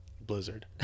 Blizzard